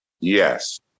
yes